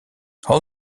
all